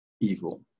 evil